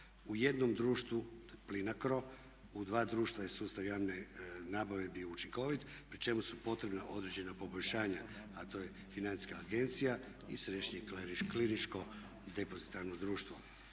U jednom društvu, to je PLINACRO, u dva društva je sustav javne nabave bio učinkovit pri čemu su potrebna određena poboljšanja a to je FINA i Središnje klirinško depozitarno društvo.